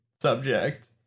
subject